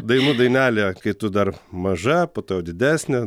dainų dainelėje kai tu dar maža po to jau didesnė